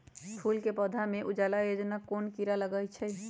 फूल के पौधा में उजला उजला कोन किरा लग जई छइ?